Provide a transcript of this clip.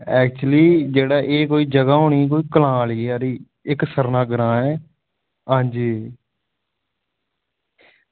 actually एह् कोई जगह होनी कनाल हारी इक्क सरना ग्रांऽ ऐ आं जी